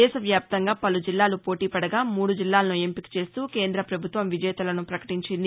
దేశ వ్యాప్తంగా పలు జిల్లాలు పోటీ పడగా మూడు జిల్లాలను ఎంపిక చేస్తూ కేంద్ర ప్రభుత్వం విజేతలను ప్రకటించింది